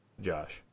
josh